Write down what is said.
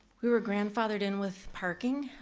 we were grandfathered in with parking.